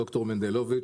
ד"ר מנדלוביץ,